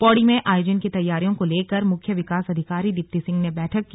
पौड़ी में आयोजन की तैयारियों को लेकर मुख्य विकास अधिकारी दीप्ति सिंह ने बैठक की